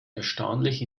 erstaunlich